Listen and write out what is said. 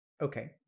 Okay